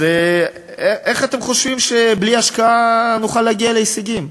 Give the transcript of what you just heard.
אז איך אתם חושבים שבלי השקעה נוכל להגיע להישגים?